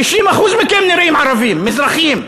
60% מכם נראים ערבים, מזרחים.